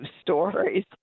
stories